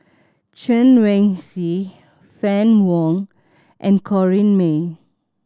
Chen Wen Hsi Fann Wong and Corrinne May